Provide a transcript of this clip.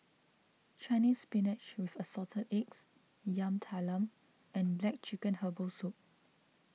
Chinese Spinach with Assorted Eggs Yam Talam and Black Chicken Herbal Soup